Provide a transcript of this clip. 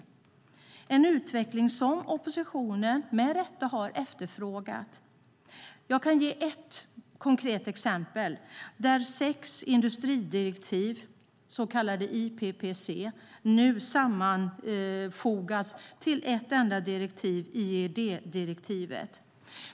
Det är en utveckling som oppositionen med rätta har efterfrågat. Jag kan ge ett konkret exempel där sex industridirektiv, så kallade IPPC, har sammanfogats till ett enda direktiv, IED-direktivet.